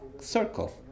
circle